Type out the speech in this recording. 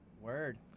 Word